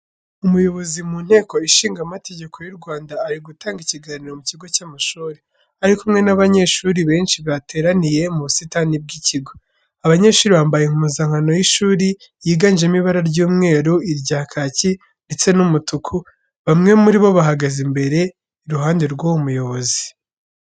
Umuyobozi mu nteko ishingamategeko y'u Rwanda, ari gutanga ikiganiro mu kigo cy'amashuri, aho ari kumwe n'abanyeshuri benshi bateraniye mu busitani bw'ikigo. Abanyeshuri bambaye impuzankano y’ishuri yiganjemo ibara ry'umweru, irya kaki ndetse n'umutuku, bamwe muri bo bahagaze imbere iruhande rw'uwo muyobozi.